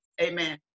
Amen